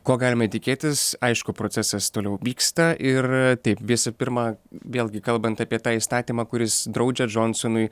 ko galime tikėtis aišku procesas toliau vyksta ir taip visu pirma vėlgi kalbant apie tą įstatymą kuris draudžia džonsonui